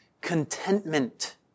contentment